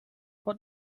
what